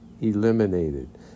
eliminated